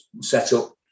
setup